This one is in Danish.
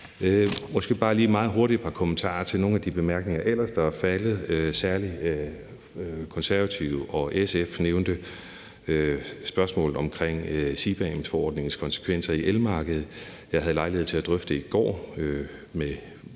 måske bare lige meget hurtigt et par kommentarer til nogle af de bemærkninger, der ellers er faldet. Særlig Konservative og SF nævnte spørgsmålet om CBAM-forordningens konsekvenser på elmarkedet. Jeg havde lejlighed til at drøfte det i går med